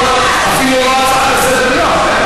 אפילו לא הצעה לסדר-היום.